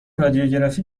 رادیوگرافی